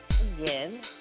again